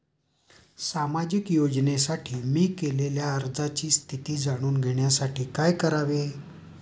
सामाजिक योजनेसाठी मी केलेल्या अर्जाची स्थिती जाणून घेण्यासाठी काय करावे?